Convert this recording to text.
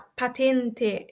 patente